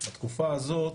בתקופה הזאת